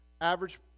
average